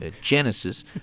Genesis